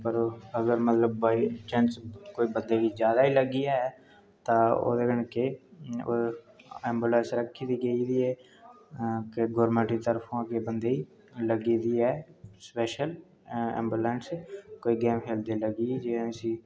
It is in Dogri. अगर मतलव बाई चांस इक बंदे गी जैदा गै लगी जा ओह्दे कन्नै केह् ऐम्बुलैंस रक्खी दी गेदी गोरमैंट दी तरफा बंदे गी लग्गी दी ऐ स्पैशल ऐम्बुलैंस कोई गेम खेलदे लग्गी गेदी